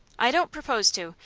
i don't propose to.